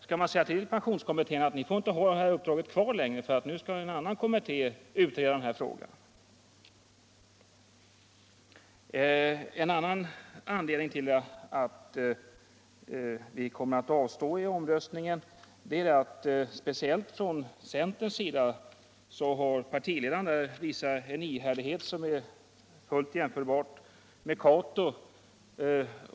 Skall man då säga till pensionskommittén att den inte längre får ha kvar detta uppdrag utan att frågan skall utredas av en annan kommitté? Ett annat skäl till att vi kommer att avstå i omröstningen är att centerns partiledare har visat en ihärdighet, som är fullt jämförbar med Catos.